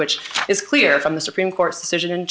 which is clear from the supreme court's decision